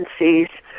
agencies